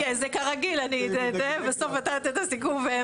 זה כרגיל, בסוף אתה נותן את הסיכום.